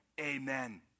amen